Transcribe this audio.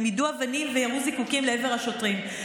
הם יידו אבנים וירו זיקוקים לעבר השוטרים.